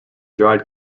dried